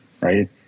right